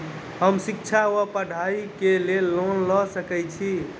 हम शिक्षा वा पढ़ाई केँ लेल लोन लऽ सकै छी?